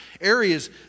areas